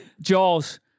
Jaws